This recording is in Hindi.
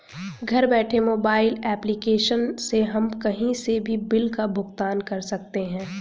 घर बैठे मोबाइल एप्लीकेशन से हम कही से भी बिल का भुगतान कर सकते है